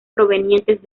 provenientes